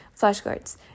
flashcards